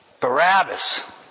Barabbas